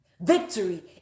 Victory